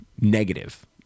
negative